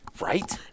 Right